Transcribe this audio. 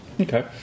Okay